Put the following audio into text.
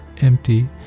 empty